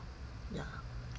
ya